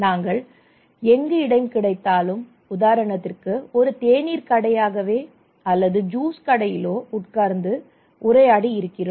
நாங்கள் எங்கு இடம் கிடைத்தாலும் உதாரணத்திற்கு தேனீர் கதையாகவோ அல்லது ஜூஸ் கடையிலோ உட்கார்ந்து உரையாடி இருக்கிறோம்